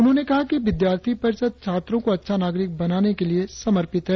उन्होंने कहा कि विद्यार्थी परिषद छात्रों को अच्छा नागरिक बनाने के लिए समर्पित है